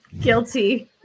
Guilty